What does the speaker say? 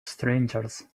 strangers